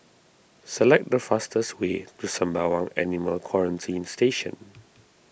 select the fastest way to Sembawang Animal Quarantine Station